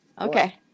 Okay